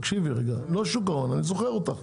אני זוכר אותךְ,